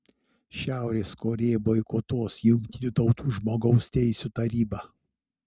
šiaurės korėja boikotuos jt žmogaus teisių tarybą